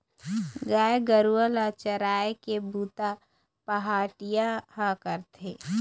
गाय गरूवा ल चराए के बूता पहाटिया ह करथे